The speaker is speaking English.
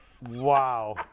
Wow